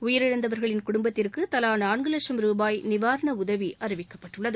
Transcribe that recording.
உயிரிழந்தவர்களின் குடும்பத்திற்கு தவா நாள்கு வட்சம் ரூபாய் நிவாரண உதவியும் அறிவிக்கப்பட்டுள்ளது